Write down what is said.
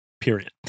period